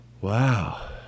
Wow